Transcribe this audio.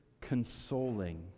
consoling